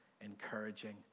encouraging